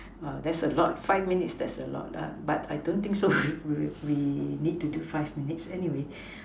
oh that's a lot five minutes that's a lot but I don't think so we we need to do five minutes anyway